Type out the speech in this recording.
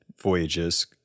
voyages